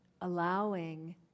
allowing